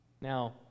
Now